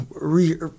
Re